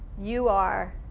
you are,